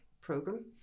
program